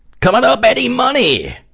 coming up eddie money!